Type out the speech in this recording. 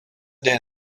der